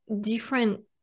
different